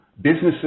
businesses